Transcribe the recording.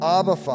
Abba